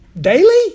Daily